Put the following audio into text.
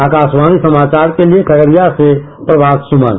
आकाशवाणी समाचार के लिये खगड़िया से प्रमात सुमन